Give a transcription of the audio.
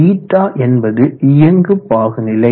η என்பது இயங்கு பாகுநிலை